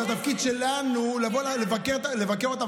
התפקיד שלנו הוא לבקר אותם,